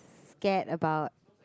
scared about